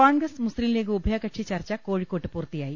കോൺഗ്രസ് മുസ്ലീം ലീഗ് ഉഭയകക്ഷി ചർച്ച കോഴിക്കോട്ട് പൂർത്തിയായി